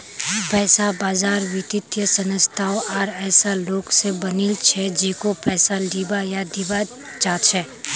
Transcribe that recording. पैसा बाजार वित्तीय संस्थानों आर ऐसा लोग स बनिल छ जेको पैसा लीबा या दीबा चाह छ